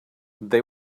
they